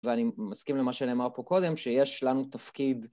ואני מסכים למה שנאמר פה קודם, שיש לנו תפקיד